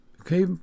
okay